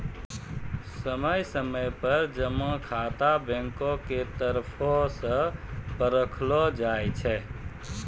समय समय पर जमा खाता बैंको के तरफो से परखलो जाय छै